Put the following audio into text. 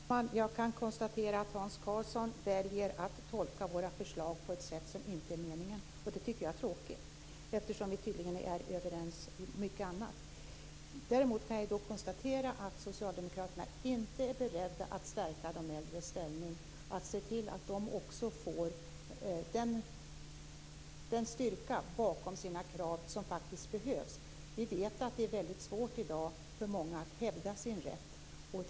Fru talman! Jag kan konstatera att Hans Karlsson väljer att tolka våra förslag på ett sätt som inte är meningen. Det tycker jag är tråkigt, eftersom vi tydligen är överens om mycket annat. Däremot kan jag konstatera att socialdemokraterna inte är beredda att stärka de äldres ställning, att se till att de också får den styrka bakom sina krav som faktiskt behövs. Vi vet att det är mycket svårt för många i dag att hävda sin rätt.